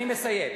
אני מסיים.